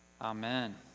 Amen